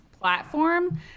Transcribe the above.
platform